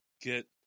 get